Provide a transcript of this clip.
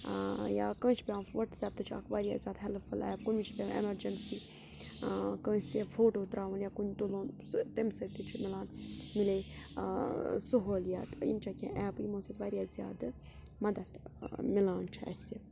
یا کٲنٛسہِ چھِ پٮ۪وان وَٹسیپ تہِ چھُ اَکھ واریاہ زیادٕ ہٮ۪لٕپفُل ایپ کُنہِ وِزِ چھِ پٮ۪وان اٮ۪مَرجَنسی کٲنٛسہِ فوٹو ترٛاوُن یا کُنہِ تُلُن سُہ تَمہِ سۭتۍ تہِ چھُ مِلان مِلے سہوٗلِیات یِم چھےٚ کیٚنٛہہ ایپہٕ یِمو سۭتۍ واریاہ زیادٕ مَدَتھ مِلان چھِ اَسہِ